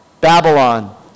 Babylon